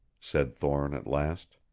said thorne at last.